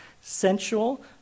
sensual